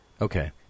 Okay